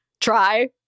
try